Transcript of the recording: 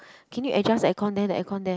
can you adjust the aircon there the aircon there